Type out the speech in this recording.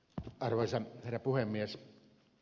arvoisa herra puhemies